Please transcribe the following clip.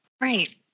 Right